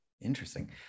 Interesting